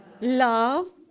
love